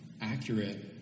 accurate